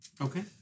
Okay